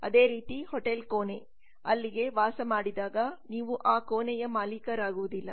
ಅದೇ ರೀತಿ ಹೋಟೆಲ್ ಕೋಣೆ ಅಲ್ಲಿಗೆ ವಾಸ ಮಾಡಿದಾಗ ನೀವು ಆ ಕೋಣೆಯ ಮಾಲೀಕರಾಗುವುದಿಲ್ಲ